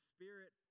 Spirit